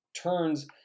turns